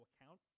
account